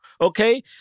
okay